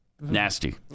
Nasty